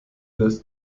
das